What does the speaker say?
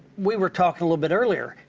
we were talking a little bit earlier,